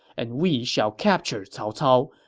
and we shall capture cao cao,